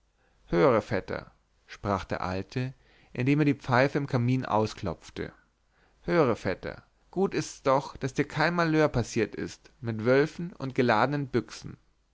höre vetter sprach der alte indem er die pfeife im kamin ausklopfte höre vetter gut ist's doch daß dir kein malheur passiert ist mit wölfen und geladenen büchsen